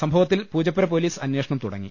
സംഭ വത്തിൽ പൂജപ്പുര പൊലീസ് അന്വേഷണം തുടങ്ങി